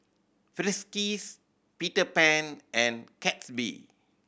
Friskies Peter Pan and Gatsby